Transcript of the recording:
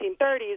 1930s